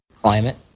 climate